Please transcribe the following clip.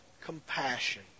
compassion